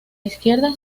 izquierda